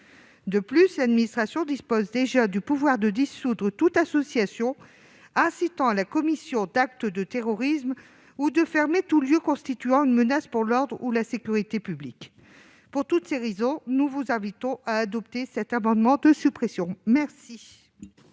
En outre, l'administration dispose déjà du pouvoir de dissoudre toute association incitant à la commission d'actes de terrorisme ou de fermer tout lieu constituant une menace pour l'ordre ou la sécurité publique. Pour toutes ces raisons, nous vous invitons, mes chers collègues, à adopter cet amendement de suppression. La